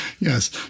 Yes